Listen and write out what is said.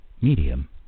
medium